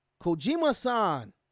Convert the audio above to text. Kojima-san